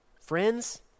friends